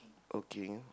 okay